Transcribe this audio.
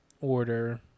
Order